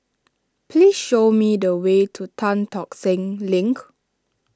please show me the way to Tan Tock Seng Link